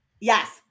Yes